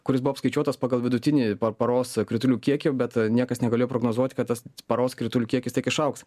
kuris buvo apskaičiuotas pagal vidutinį paros kritulių kiekį bet niekas negalėjo prognozuoti kad tas paros kritulių kiekis tiek išaugs